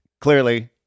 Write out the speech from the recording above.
clearly